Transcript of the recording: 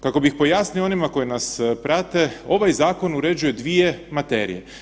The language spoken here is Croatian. Kako bih pojasnio onima koji nas prate, ovaj zakon uređuje 2 materije.